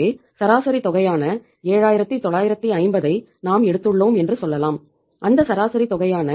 ஆகவே சராசரி தொகையான 7950 ஐ நாம் எடுத்துள்ளோம் என்று சொல்லலாம் அந்த சராசரி தொகையான